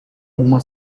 uma